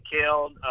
killed